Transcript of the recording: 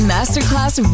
Masterclass